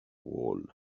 wall